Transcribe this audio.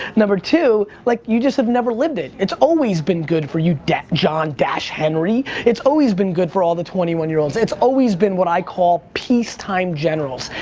number two, like you just have never lived it. it's always been good for you john-dash-henry, it's always been good for all the twenty one year olds. it's always been what i call peace-time generals,